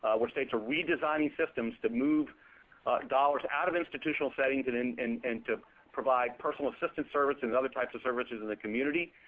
where states are redesigning systems to move dollars out of institutional settings and and and to provide personal assistance services and other types of services in the community.